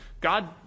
God